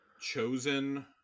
Chosen